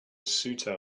ceuta